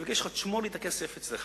אני מבקש ממך לשמור לי את הכסף אצלך.